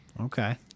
Okay